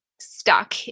stuck